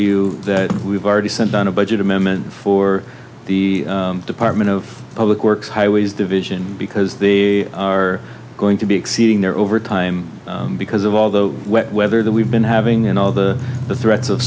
you that we've already sent down a budget amendment for the department of public works highways division because they are going to be exceeding their overtime because of all the wet weather that we've been having and all the threats of